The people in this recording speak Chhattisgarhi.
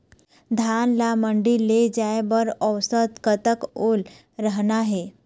धान ला मंडी ले जाय बर औसत कतक ओल रहना हे?